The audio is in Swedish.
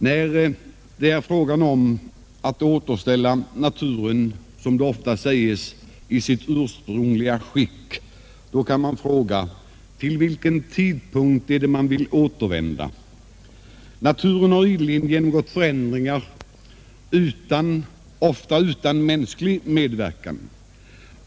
När det är fråga om att återställa naturen, som det ofta talas om, i sitt ursprungliga skick kan man fråga: till vilken tidpunkt vill vi återvända? Naturen har ideligen genomgått förändringar, ofta utan mänsklig medverkan.